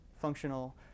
functional